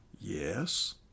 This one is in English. Yes